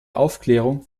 aufklärung